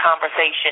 conversation